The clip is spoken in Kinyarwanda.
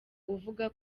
uvuga